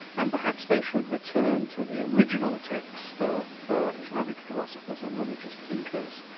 and perhaps they should return to the original text of islamic philosophers and religious thinkers.